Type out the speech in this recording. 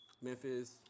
Memphis